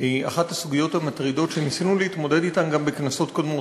היא אחת הסוגיות המטרידות שניסינו להתמודד אתן גם בכנסות קודמות,